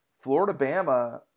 Florida-Bama